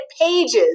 pages